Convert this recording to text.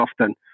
often